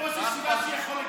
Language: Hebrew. אבל להגיד "כך נהגנו",